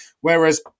Whereas